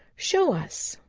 show us.